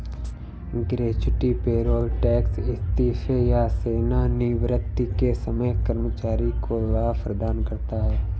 gratuity payroll tax इस्तीफे या सेवानिवृत्ति के समय कर्मचारी को लाभ प्रदान करता है